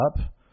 up